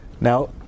Now